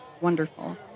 wonderful